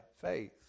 faith